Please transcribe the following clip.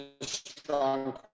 strong